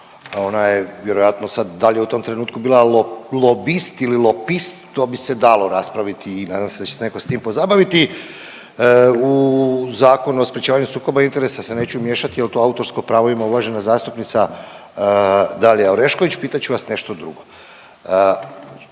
ona je vjerojatno sad, da li je u tom trenutku bila lobist ili lopist, to bi se dalo raspraviti i nadam se da će se netko s tim pozabaviti. U Zakon o sprječavanju sukoba interesa se neću miješati jer to autorsko pravo ima uvažena zastupnica Dalija Orešković. Pitat ću vas nešto drugo.